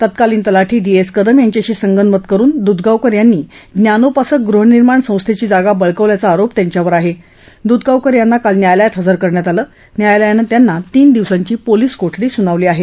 तत्कालीन तलाठी D S Kadam यांच्याशी संगनमत करून दूधगावकर यांनी ज्ञानोपासक गृहनिर्माण संस्थेची जागा बळकावल्याचा आरोप त्यांच्यावर करण्यात आला होता दूधगावकर यांना काल न्यायालयात हजर करण्यात आलं न्यायालयानं त्यांना तीन दिवसांची पोलिस कोठडी सुनावली आहे